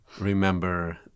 remember